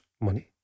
money